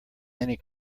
many